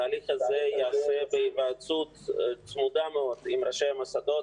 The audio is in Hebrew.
התהליך הזה ייעשה בהיוועצות צמודה מאוד עם ראשי המוסדות.